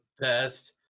best